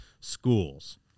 Schools